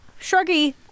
Shruggy